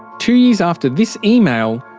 two years after this email,